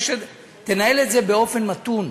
תנהל במתינות